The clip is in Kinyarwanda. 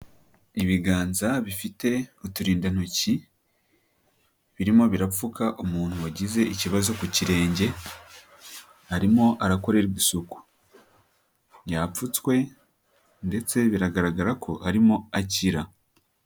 Ibiganza bifite uturindantoki, birimo birapfuka umuntu wagize ikibazo ku kirenge, arimo arakorerwa isuku. Yapfutswe ndetse biragaragara ko arimo akira.